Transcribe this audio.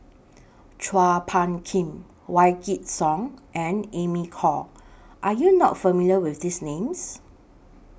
Chua Phung Kim Wykidd Song and Amy Khor Are YOU not familiar with These Names